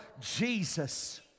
Jesus